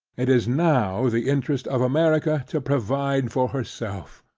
it is now the interest of america to provide for herself.